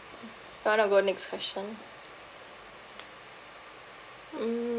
you want to go next question mm